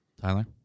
Tyler